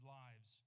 lives